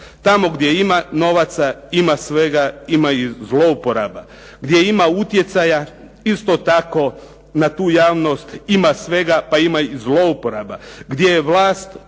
tamo gdje ima novaca ima svega, ima i zlouporaba. Gdje ima utjecaja isto tako na tu javnost ima svega pa ima i zlouporaba, gdje je vlast